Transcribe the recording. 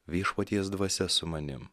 viešpaties dvasia su manim